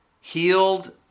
healed